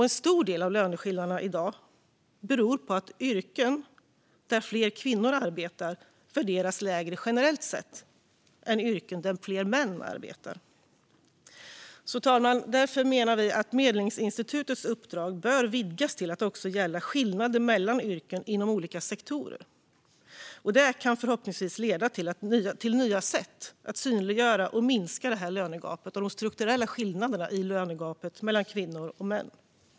En stor del av löneskillnaderna i dag beror på att yrken där fler kvinnor arbetar värderas lägre generellt sett än yrken där fler män arbetar. Fru talman! Därför menar vi att Medlingsinstitutets uppdrag bör vidgas till att också gälla skillnader mellan yrken inom olika sektorer. Det kan förhoppningsvis leda till nya sätt att synliggöra och minska lönegapet och de strukturella skillnaderna i lönegapet mellan kvinnor och män.